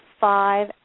five